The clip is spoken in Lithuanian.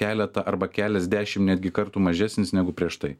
keletą arba keliasdešim netgi kartų mažesnis negu prieš tai